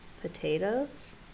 potatoes